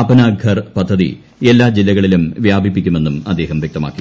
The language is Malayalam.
അപ്പനാ ഘർ പദ്ധതി എല്ലാ ജില്ലകളിലും വ്യാപിപ്പിക്കുമെന്നും അദ്ദേഹം വ്യക്തമാക്കി